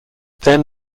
then